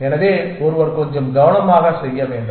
எனவே ஒருவர் கொஞ்சம் கவனமாக செய்ய வேண்டும்